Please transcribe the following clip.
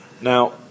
Now